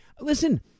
Listen